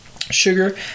sugar